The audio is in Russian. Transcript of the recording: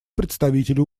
представителю